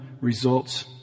results